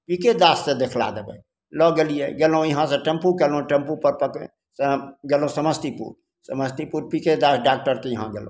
पी K दाससे देखला देबै लऽ गेलिए गेलहुँ इहाँ से टेम्पू कएलहुँ टेम्पूपर कऽ के तऽ गेलहुँ समस्तीपुर समस्तीपुर पी के दास डॉकटरके इहाँ गेलहुँ